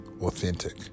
authentic